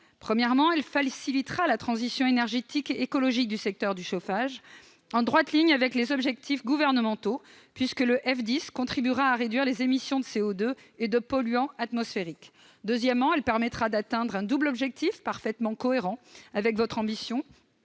Premièrement, elle facilitera la transition énergétique et écologique du secteur du chauffage, en droite ligne avec les objectifs gouvernementaux puisque le F10 contribuera à réduire les émissions de CO2 et de polluants atmosphériques. Deuxièmement, elle permettra d'atteindre un double objectif parfaitement cohérent avec l'ambition